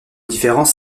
différence